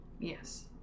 Yes